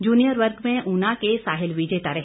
junior वर्ग में ऊना के साहिल विजेता रहे